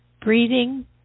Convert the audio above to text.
Breathing